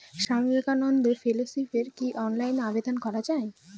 স্বামী বিবেকানন্দ ফেলোশিপে কি অনলাইনে আবেদন করা য়ায়?